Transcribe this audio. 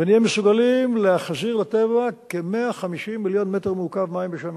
ונהיה מסוגלים להחזיר לטבע כ-150 מיליון מטר מעוקב מים בשנה.